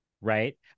Right